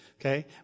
okay